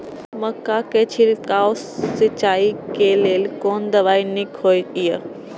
मक्का के छिड़काव सिंचाई के लेल कोन दवाई नीक होय इय?